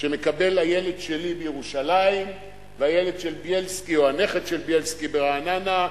שמקבל הילד שלי בירושלים והילד של בילסקי או הנכד של בילסקי ברעננה,